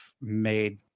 made